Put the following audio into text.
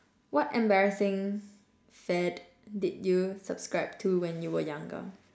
what embarrassing fad did you subscribe to when you were younger